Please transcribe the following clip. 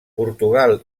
portugal